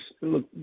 look